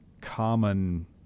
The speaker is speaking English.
common